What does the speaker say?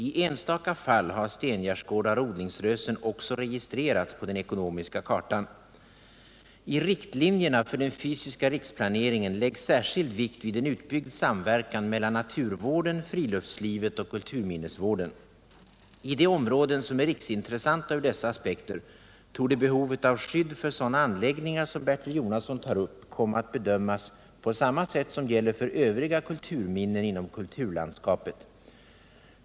I enstaka fall har stengärdesgårdar och odlingsrösen också registrerats på den ekonomiska kartan. I riktlinjerna för den fysiska riksplaneringen läggs särskild vikt vid en utbyggd samverkan mellan naturvården, friluftslivet och kulturminnesvården. I de områden som är riksintressanta ur dessa aspekter torde behovet av skydd för sådana anläggningar som Bertil Jonasson tar upp komma att bedömas på samma sätt som gäller för övriga kulturminnen inom kulturlandskapet.